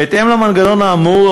בהתאם למנגנון האמור,